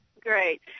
Great